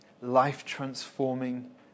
life-transforming